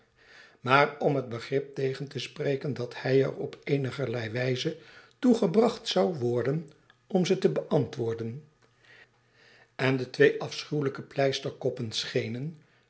maar om het begrip tegen te spreken dat hij er op eenigerlei wijze toe gebracht zou worden om ze te beantwoorden en de twee afschuwelijke oeoote verwaghtingen pleisterkoppen schenen